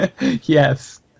Yes